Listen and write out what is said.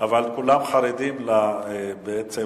אבל כולם חרדים בעצם